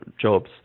jobs